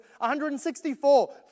164